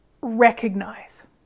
recognize